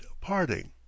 parting